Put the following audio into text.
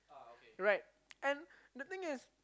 right and the thing is